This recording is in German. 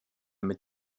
mit